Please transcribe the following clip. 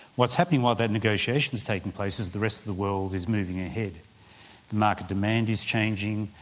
what's happening while that negotiation is taking place is the rest of the world is moving ahead the market demand is changing,